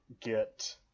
get